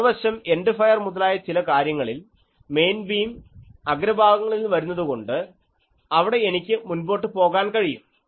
മറുവശം end fire മുതലായ ചില കാര്യങ്ങളിൽ മെയിൻ ബീം അഗ്ര ഭാഗങ്ങളിൽ നിന്ന് വരുന്നത് കൊണ്ട് അവിടെ എനിക്ക് മുൻപോട്ട് പോകാൻ കഴിയും